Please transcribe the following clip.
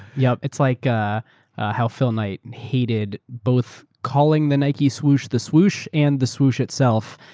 yeah. it's like ah ah how phil knight and hated both calling the nike swoosh the swoosh and the swoosh itself,